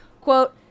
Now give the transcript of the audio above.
quote